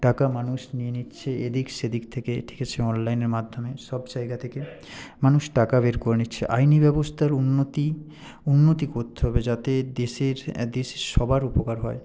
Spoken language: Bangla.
টাকা মানুষ নিয়ে নিচ্ছে এদিক সেদিক থেকে ঠিক আছে অনলাইনের মাধ্যমে সব জায়গা থেকে মানুষ টাকা বের করে নিচ্ছে আইনি ব্যবস্থার উন্নতি উন্নতি করতে হবে যাতে দেশের দেশের সবার উপকার হয়